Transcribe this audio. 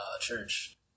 church